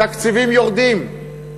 התקציבים יורדים.